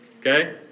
Okay